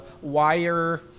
wire